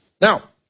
Now